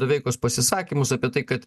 doveikus pasisakymus apie tai kad